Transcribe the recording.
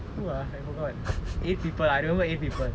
who ah I forgot eight people I remember eight people